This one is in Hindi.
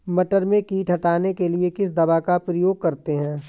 मटर में कीट हटाने के लिए किस दवा का प्रयोग करते हैं?